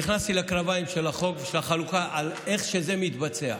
נכנסתי לקרביים של החוק ולאיך שזה מתבצע.